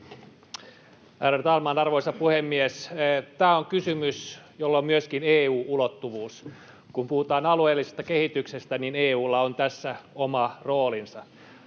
arvoisa puhemies! Tämä on kysymys, jolla on myöskin EU-ulottuvuus. Kun puhutaan alueellisesta kehityksestä, niin EU:lla on tässä oma roolinsa.